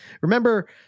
Remember